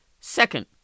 Second